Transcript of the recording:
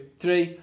three